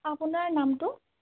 আপোনাৰ নামটো